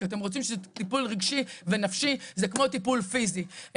כי אתם רוצים שטיפול רגשי ונפשי זה כמו טיפול פיזי.